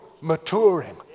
maturing